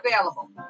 available